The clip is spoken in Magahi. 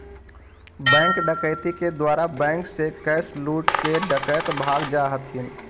बैंक डकैती के द्वारा बैंक से कैश लूटके डकैत भाग जा हथिन